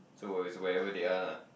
so we're is wherever they are la